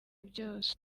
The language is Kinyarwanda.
byose